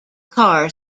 car